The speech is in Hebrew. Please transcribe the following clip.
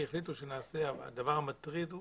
הדבר המטריד הוא